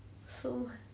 so what